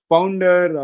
Founder